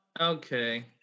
okay